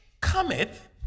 cometh